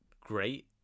great